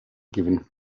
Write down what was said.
gewinnt